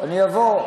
אני אבוא,